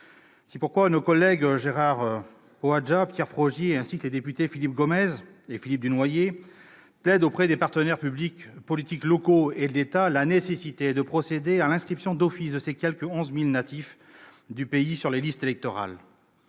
C'est pourquoi nos collègues Gérard Poadja, Pierre Frogier, ainsi que les députés Philippe Gomès et Philippe Dunoyer, plaident auprès des partenaires politiques locaux et de l'État la nécessité de procéder à l'inscription d'office de ces quelque 11 000 natifs du pays sur les listes électorales.